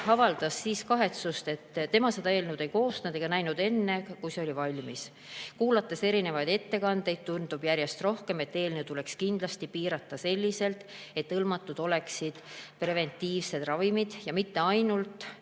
avaldas kahetsust, et tema seda eelnõu ei koostanud ega näinud seda enne, kui see oli valmis: "Kuulates erinevaid ettekandeid, tundub järjest enam, et eelnõu tuleks kindlasti piirata selliselt, et hõlmatud oleksid preventiivsed ravimid ja mitte mingil